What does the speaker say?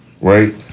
right